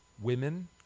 women